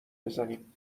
بزنیم